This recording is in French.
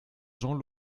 jean